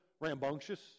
rambunctious